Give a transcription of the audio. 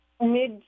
mid